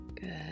Good